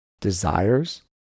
desires